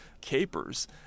capers